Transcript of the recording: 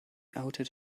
outed